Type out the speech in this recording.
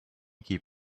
keep